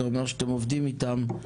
אתה אומר שאתם עובדים איתם.